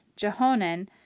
Jehonan